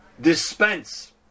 dispense